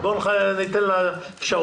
אין איזושהי מגבלה